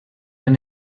han